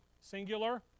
singular